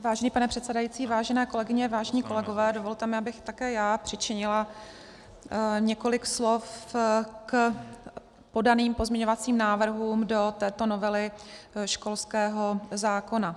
Vážený pane předsedající, vážené kolegyně, vážení kolegové, dovolte mi, abych také já přičinila několik slov k podaným pozměňovacím návrhům do této novely školského zákona.